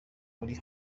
uri